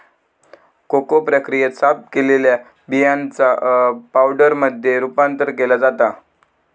cocoa प्रक्रियेत, साफ केलेल्या बियांचा पावडरमध्ये रूपांतर केला जाता